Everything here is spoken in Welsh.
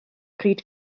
pryd